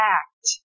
act